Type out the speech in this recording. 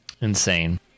Insane